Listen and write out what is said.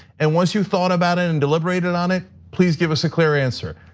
and once you've thought about it and deliberated on it, please give us a clear answer.